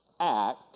act